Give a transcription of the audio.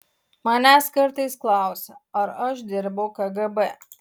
manęs kartais klausia ar aš dirbau kgb